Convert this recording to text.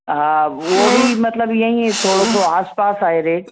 हा उहो बि मतिलब ईंअ ई थोरो सो आस पास आहे रेट